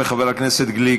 אדוני השר וחבר הכנסת גליק,